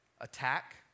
attack